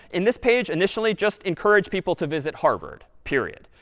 in this page, initially just encourage people to visit harvard, period.